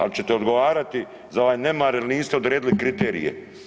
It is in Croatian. Ali ćete odgovarati za ovaj nemar jer niste odredili kriterije.